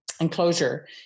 enclosure